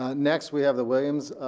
ah next we have the williams